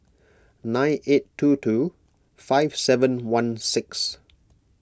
nine eight two two five seven one six